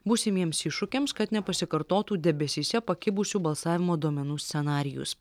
būsimiems iššūkiams kad nepasikartotų debesyse pakibusių balsavimo duomenų scenarijus